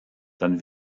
dann